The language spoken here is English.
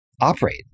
operate